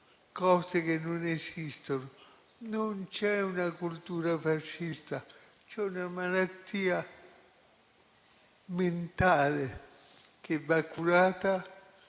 cose che non esistono: non c'è una cultura fascista, ma c'è una malattia mentale che va curata,